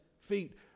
feet